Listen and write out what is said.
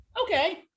Okay